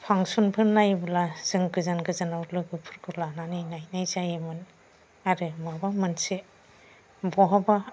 फांसनफोर नायोब्ला जों गोजान गोजानाव लोगोफोरखौ लानानै नायनाय जायोमोन आरो माबा मोनसे बहाबा